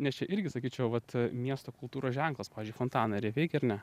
nes čia irgi sakyčiau vat miesto kultūros ženklas pavyzdžiui fontanai ar jie veikia ar ne